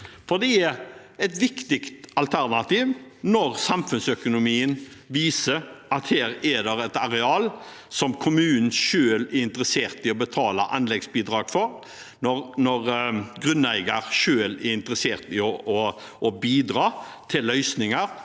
Det er et viktig alternativ når samfunnsøkonomien viser at det er et areal som kommunen selv er interessert i å betale anleggsbidrag for, og når grunneier selv er interessert i å bidra til løsninger